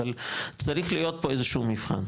אבל צריך להיות פה איזשהו מבחן,